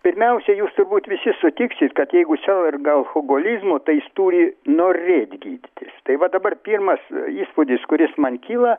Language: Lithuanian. pirmiausia jūs turbūt visi sutiksit kad jeigu serga alkoholizmu tai jis turi norėt gydytis tai va dabar pirmas įspūdis kuris man kyla